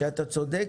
ובזה אתה צודק,